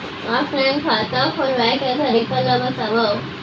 Offline खाता खोलवाय के तरीका ल बतावव?